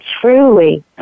truly